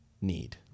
need